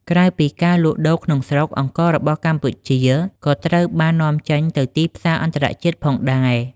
ក្រៅពីការលក់ដូរក្នុងស្រុក អង្កររបស់កម្ពុជាក៏ត្រូវបាននាំចេញទៅទីផ្សារអន្តរជាតិផងដែរ។